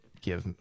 give